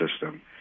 system